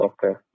Okay